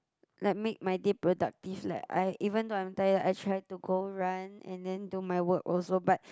like make my day productive like I even though I'm tired I try to go run and then do my work also but